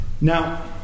Now